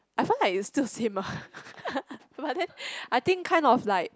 I find like it's still same ah but then I think kind of like